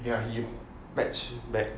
ya he patched back